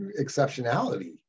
exceptionality